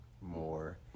more